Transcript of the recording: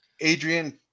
Adrian